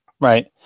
Right